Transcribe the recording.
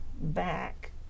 back